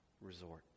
resort